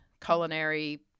culinary